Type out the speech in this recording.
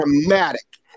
dramatic